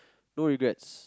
no regrets